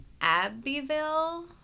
Abbeville